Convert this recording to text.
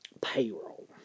payroll